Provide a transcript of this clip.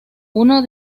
uno